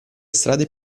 strade